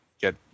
get